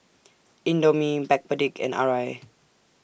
Indomie Backpedic and Arai